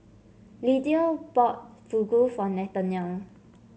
Lydia bought Fugu for Nathanael